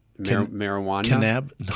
marijuana